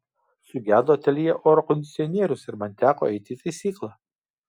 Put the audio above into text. sugedo ateljė oro kondicionierius ir man teko eiti į taisyklą